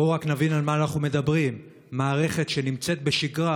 בואו רק נבין על מה אנחנו מדברים: מערכת שנמצאת בשגרה